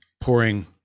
pouring